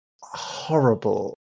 horrible